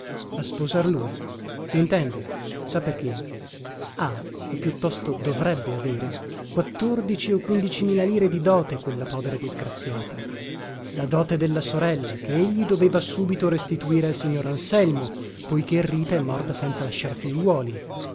a sposar lui sintende sa perché ha o piuttosto dovrebbe avere quattordici o quindici mila lire di dote quella povera disgraziata la dote della sorella che egli doveva subito restituire al signor anselmo poiché rita è morta senza lasciar figliuoli